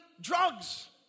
drugs